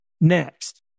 Next